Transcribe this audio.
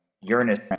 Uranus